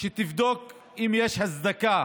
שתבדוק אם יש הצדקה